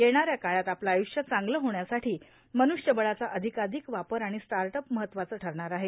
येणाऱ्या काळात आपले आयुष्य चांगलं होण्यासाठी मन्रष्यबळाचा अधिकाधिक वापर आणि स्टार्टअप महत्वाचं ठरणार आहे